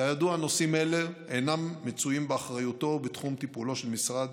כידוע נושאים אלה אינם מצויים באחריותו ובתחום טיפולו של משרד